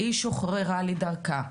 היא שוחררה לדרכה.